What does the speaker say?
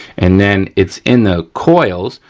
and then it's in the coils,